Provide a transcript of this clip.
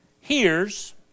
hears